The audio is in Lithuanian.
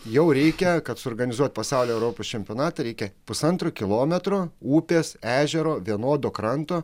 jau reikia kad suorganizuot pasaulio europos čempionatą reikia pusantro kilometro upės ežero vienodo kranto